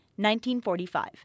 1945